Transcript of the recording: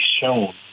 shown